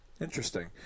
Interesting